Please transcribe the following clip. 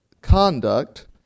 conduct